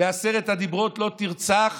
בעשרת הדיברות "לא תרצח"?